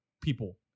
people